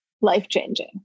life-changing